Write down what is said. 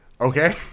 okay